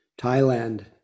Thailand